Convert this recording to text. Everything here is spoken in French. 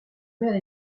mère